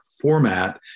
format